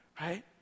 Right